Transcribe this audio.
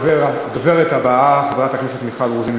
הדוברת הבאה, חברת הכנסת מיכל רוזין.